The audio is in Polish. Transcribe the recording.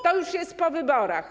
To już jest po wyborach.